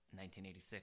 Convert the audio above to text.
1986